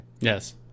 Yes